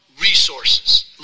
resources